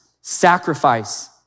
Sacrifice